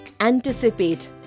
Anticipate